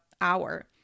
hour